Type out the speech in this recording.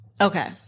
Okay